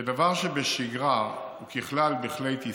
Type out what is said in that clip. כדבר שבשגרה, וככלל בכלי טיסה,